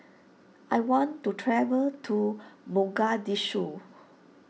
I want to travel to Mogadishu